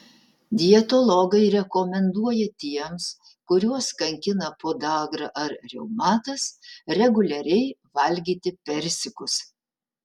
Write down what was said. dietologai rekomenduoja tiems kuriuos kankina podagra ar reumatas reguliariai valgyti persikus